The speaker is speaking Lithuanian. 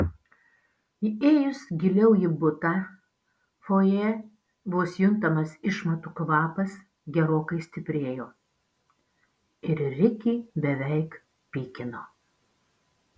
įėjus giliau į butą fojė vos juntamas išmatų kvapas gerokai stiprėjo ir rikį beveik pykino